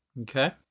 Okay